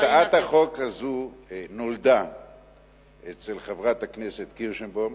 הצעת החוק הזאת נולדה אצל חברת הכנסת קירשנבאום,